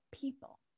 people